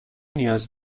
نیاز